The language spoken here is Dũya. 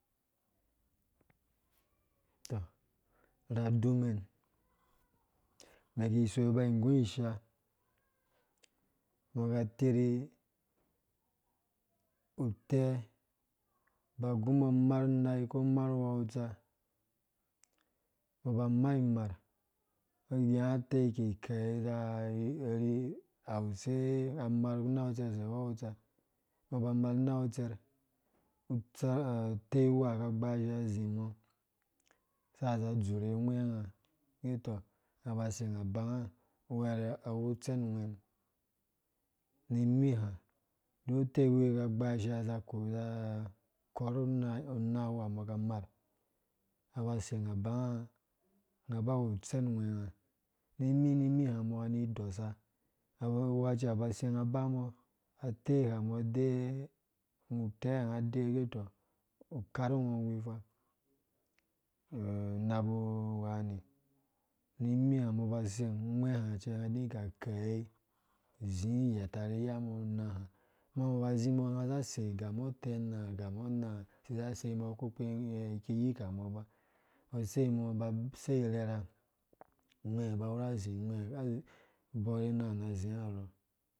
Tɔ ra adúmɛn umen ki so iba ingu isha umbɔ ka atiri, utɛ ba agu umbɔ amar umai ko amar imar ungo inya atei ki ikei na arhi awuse amar unakutserh use uwakutsa umbɔ ba amar unatukserh utsa utei wuha ko agbashia azi mɔ sa za zurhe ungwenga gɛ tɔ unga ba sen abang uwɛrɛ iwu utsɛn ngwɛmum, nimi ha duk utei wurwi ka gbaashia aza kɔrh una, una wu ha umbɔ ka mar, unga ba seng abanga unga ba awu utsen ngwenga nimi-nimi ha ba a seng a bambɔ utɛ unga adeyiwe ugɛ tɔ ukarngo wi fa unabu wani nimi hai umbɔ ba abeng ungwɛ ha cɛ ung idiki ake akei azi ighɛta ru iyambɔ una ha kuma sei ga umbɔ utɛ una ha ga umbɔ ina ha sei mɔ sermbo iyikambɔ ba, fei mu sei irherha ungwe borhe una ha azi uirho